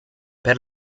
per